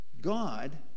God